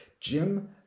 Jim